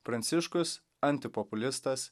pranciškus antipopulistas